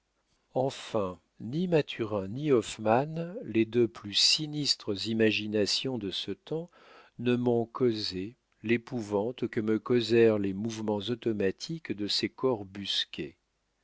enfin ni maturin ni hoffmann les deux plus sinistres imaginations de ce temps ne m'ont causé l'épouvante que me causèrent les mouvements automatiques de ces corps busqués